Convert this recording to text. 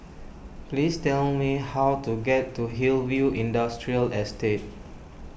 please tell me how to get to Hillview Industrial Estate